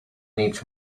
needs